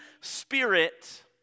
Spirit